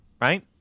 right